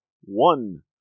one